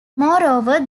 moreover